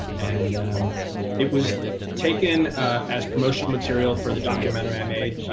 and it was taken as promotional material for the documentary i made,